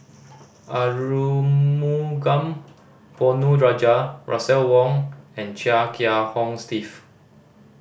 Arumugam Ponnu Rajah Russel Wong and Chia Kiah Hong Steve